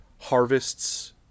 harvests